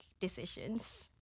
decisions